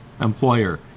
employer